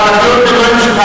קריאות הביניים שלך,